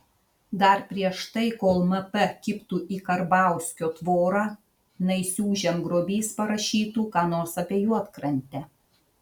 dar prieš tai kol mp kibtų į karbauskio tvorą naisių žemgrobys parašytų ką nors apie juodkrantę